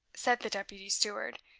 said the deputy-steward,